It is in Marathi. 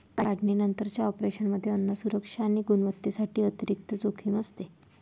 काढणीनंतरच्या ऑपरेशनमध्ये अन्न सुरक्षा आणि गुणवत्तेसाठी अतिरिक्त जोखीम असते